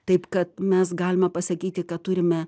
taip kad mes galima pasakyti kad turime